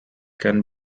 can